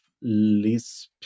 Lisp